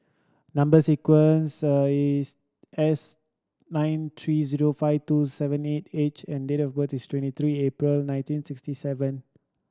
number sequence is S nine three zero five two seven eight H and the date of birth is twenty three April nineteen sixty seven